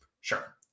Sure